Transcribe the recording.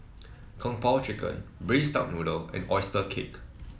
Kung Po Chicken Braised Duck Noodle and oyster cake